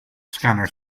scanner